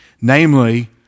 namely